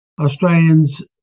Australians